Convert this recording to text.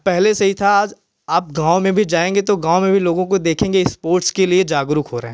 पहले से ही था आज आप गाँव में जाएँगे तो गाँव में भी लोगों को देखेंगे स्पोर्ट्स के लिए जागरूक हो रहे हैं